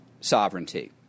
sovereignty